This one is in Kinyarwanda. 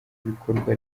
ibikorwa